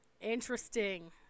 Interesting